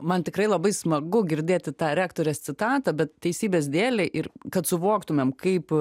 man tikrai labai smagu girdėti tą rektorės citatą bet teisybės dėlei ir kad suvoktumėm kaip